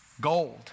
gold